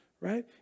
right